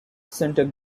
center